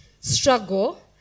struggle